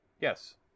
Yes